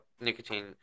nicotine